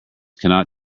cannot